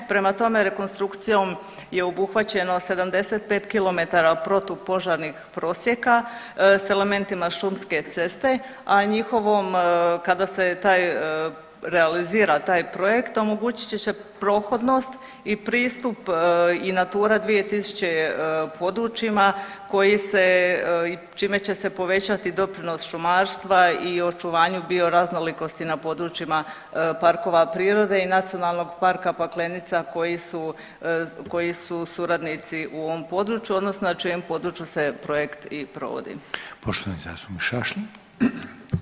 Prema tome, rekonstrukcijom je obuhvaćeno 75 km protupožarnih prosjeka sa elementima šumske ceste, a njihovom, kada se realizira taj projekt omogućit će prohodnost i pristup i NATURA 2000 područjima koji se i čime će se povećati doprinos šumarstva i očuvanju bioraznolikosti na područjima parkova prirode i Nacionalnog parka Paklenica koji su suradnici u ovom području, odnosno na čijem području se projekt i provodi.